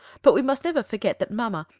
but we must never forget that mamma,